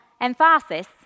emphasis